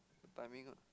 the timing lah